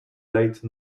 late